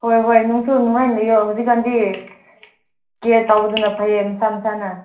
ꯍꯣꯏ ꯍꯣꯏ ꯅꯪꯁꯨ ꯅꯨꯡꯉꯥꯏꯅ ꯂꯩꯌꯣ ꯍꯧꯖꯤꯛ ꯀꯥꯟꯗꯤ ꯀꯤꯌꯥꯔ ꯇꯧꯕꯗꯨꯅ ꯐꯩꯌꯦ ꯅꯁꯥ ꯅꯁꯥꯅ